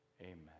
Amen